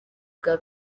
bwa